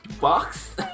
Box